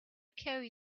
carry